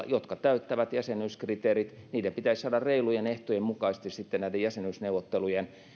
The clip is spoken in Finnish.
jotka täyttävät jäsenyyskriteerit esimerkiksi balkanilla pitäisi saada reilujen ehtojen mukaisesti näiden jäsenyysneuvottelujen